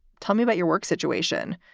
tell me about your work situation.